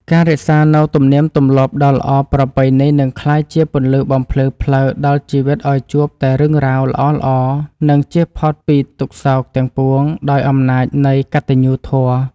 ការរក្សានូវទំនៀមទម្លាប់ដ៏ល្អប្រពៃនេះនឹងក្លាយជាពន្លឺបំភ្លឺផ្លូវដល់ជីវិតឱ្យជួបតែរឿងរ៉ាវល្អៗ និង ជៀសផុតពីទុក្ខសោកទាំងពួងដោយអំណាចនៃកតញ្ញូធម៌។